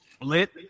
Lit